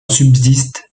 subsiste